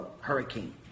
hurricane